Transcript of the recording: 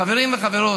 חברים וחברות,